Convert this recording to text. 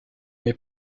est